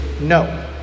no